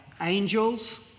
angels